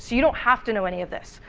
you don't have to know any of this.